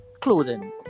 clothing